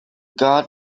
guard